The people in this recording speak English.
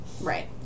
Right